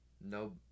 No